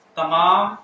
Tamam